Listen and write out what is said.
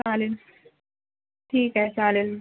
चालेल ठीक आहे चालेल